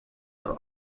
are